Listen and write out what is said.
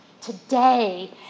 today